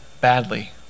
badly